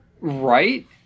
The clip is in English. Right